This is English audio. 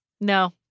No